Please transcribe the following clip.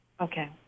okay